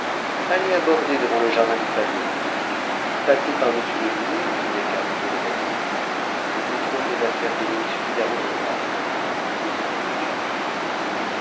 allez aborder devant le jardin du palais reprit-il passez dessus le mur qui n'est qu'à hauteur d'appui vous trouverez à faire eau suqisamment dans le bassin qui est au milieu du jardin